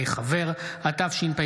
החל בהצעת חוק